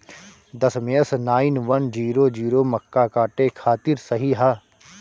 दशमेश nine one zero zero मक्का काटे खातिर सही ह?